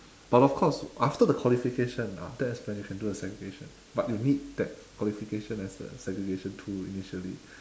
but of course after the qualification ah that's when you can do the segregation but you need that qualification as a segregation tool initially